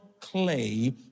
clay